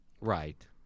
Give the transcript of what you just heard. Right